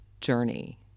journey